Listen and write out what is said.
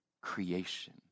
creation